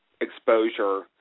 exposure –